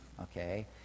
okay